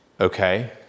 okay